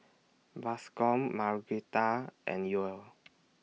Bascom Margueritta and Yoel